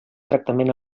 tractament